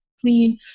clean